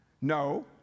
No